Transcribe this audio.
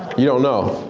you don't know,